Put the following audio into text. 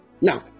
now